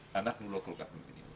שאנחנו לא כל כך עומדים.